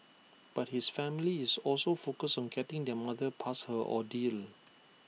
but his family is also focused on getting their mother past her ordeal